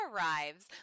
arrives